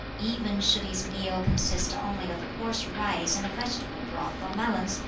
even should his meal consist only of coarse rice and vegetable broth or melons,